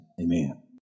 amen